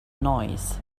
noise